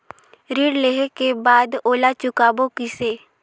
ऋण लेहें के बाद ओला चुकाबो किसे?